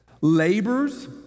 labors